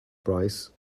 price